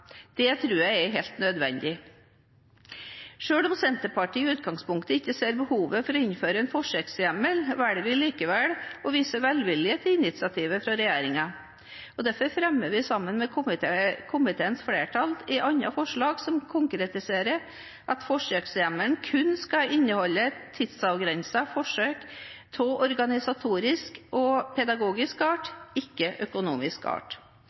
Det tror jeg er helt nødvendig. Selv om Senterpartiet i utgangspunktet ikke ser behovet for å innføre en forsøkshjemmel, velger vi likevel å vise velvilje til initiativet fra regjeringen. Derfor er vi med i komiteens flertall som fremmer forslag til vedtak som konkretiserer at forsøkshjemmelen kun skal inneholde tidsavgrensede forsøk på organisatorisk og pedagogisk art – ikke av økonomisk art.